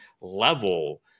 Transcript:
level